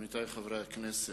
עמיתי חברי הכנסת,